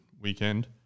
weekend